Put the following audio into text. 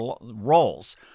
roles